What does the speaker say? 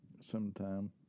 sometime